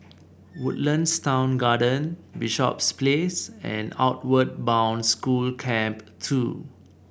Woodlands Town Garden Bishops Place and Outward Bound School Camp Two